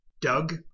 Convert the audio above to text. Doug